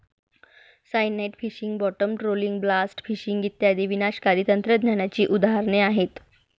cyanide fishing, bottom trawling, blast fishing इत्यादी विनाशकारी तंत्रज्ञानाची उदाहरणे आहेत